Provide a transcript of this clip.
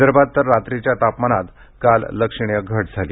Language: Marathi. विदर्भात तर रात्रीच्या तापमानात काल लक्षणीय घट झाली